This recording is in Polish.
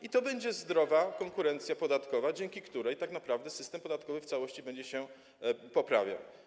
I to będzie zdrowa konkurencja podatkowa, dzięki której tak naprawdę system podatkowy w całości będzie się poprawiał.